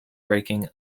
breaking